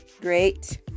great